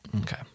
Okay